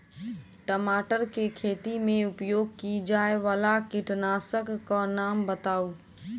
टमाटर केँ खेती मे उपयोग की जायवला कीटनासक कऽ नाम बताऊ?